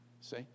see